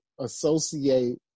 associate